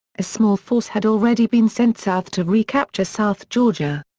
a small force had already been sent south to recapture south georgia.